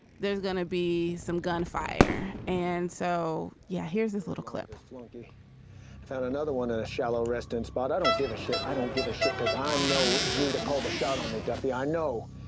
there's going to be some gunfire. and so, yeah, here's this little clip floatie found another one, a a shallow reston's spot. i don't give a shit. i don't give a shit because i know it was you that called a shot on me. duffy, i know.